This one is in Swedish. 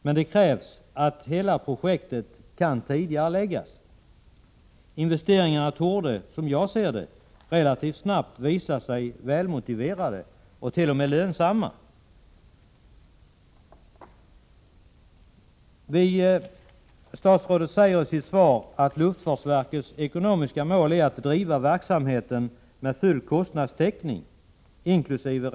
Men det krävs att hela projektet kan tidigareläggas. Investeringarna torde, som jag ser det, relativt snabbt visa sig välmotiverade och t.o.m. lönsamma. Statsrådet säger i sitt svar: ”Luftfartsverkets ekonomiska mål är att driva verksamheten med full kostnadstäckning, inkl.